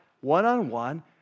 one-on-one